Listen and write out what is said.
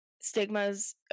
stigmas